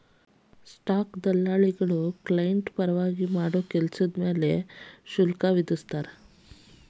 stock ದಲ್ಲಾಳಿಗಳ client ಪರವಾಗಿ ಮಾಡೋ ಕೆಲ್ಸದ್ ಮ್ಯಾಲೆ ಶುಲ್ಕವನ್ನ ವಿಧಿಸ್ತಾರ